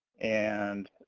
and